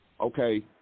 okay